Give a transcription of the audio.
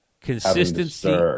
consistency